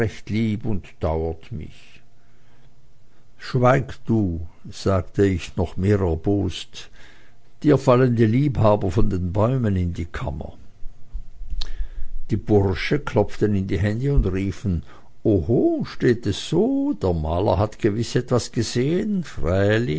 lieb und dauert mich schweig du sagte ich noch mehr erbost dir fallen die liebhaber von den bäumen in die kammer die bursche klopften in die hände und riefen oho steht es so der maler hat gewiß etwas gesehen